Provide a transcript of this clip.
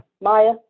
Maya